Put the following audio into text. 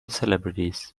celebrities